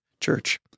church